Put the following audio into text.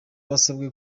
basabwe